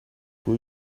who